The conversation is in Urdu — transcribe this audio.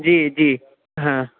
جی جی ہاں